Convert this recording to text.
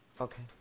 okay